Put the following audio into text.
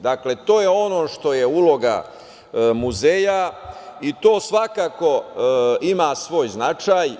Dakle, to je ono što je uloga muzeja i to svakako ima svoj značaj.